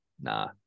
Nah